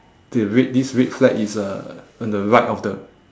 the red this red flag is uh on the right of the